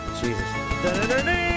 Jesus